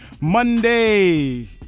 Monday